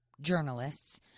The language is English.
journalists